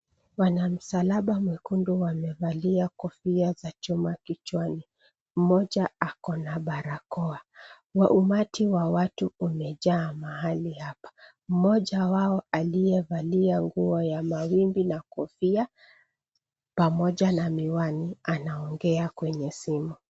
Wana msalaba mwekundu wamevalia kofia za chuma kichwani. Mmoja ako na barakoa. Waumati wa watu umejaa mahali hapa. Mmoja wao aliyevalia nguo ya mawimbi na kofia pamoja na miwani anaongea kwenye simu.